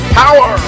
power